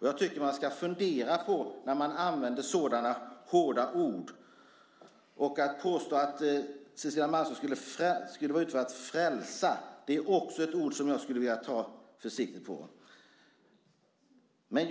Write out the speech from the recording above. Jag tycker att man ska fundera när man använder sådana hårda ord. Att påstå att Cecilia Malmström skulle vara ute för att frälsa är också ett ord som jag skulle vilja vara försiktig med.